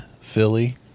Philly